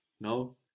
No